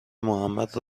محمد